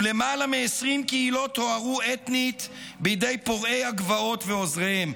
ולמעלה מ-20 קהילות טוהרו אתנית בידי פורעי הגבעות ועוזריהם.